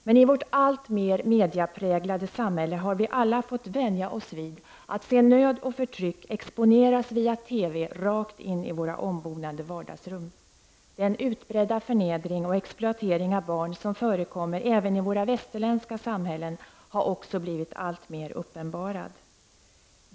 Men i vårt alltmer mediapräglade samhälle har vi alla fått vänja oss vid att se nöd och förtryck exponeras via TV rakt in i våra ombonade vardagsrum. Den utbredda förnedring och exploatering av barn som förekommer även i våra västerländska samhällen har också blivit alltmer uppenbarad.